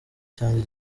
cyanjye